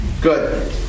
Good